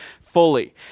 fully